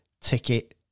ticket